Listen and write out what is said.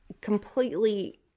completely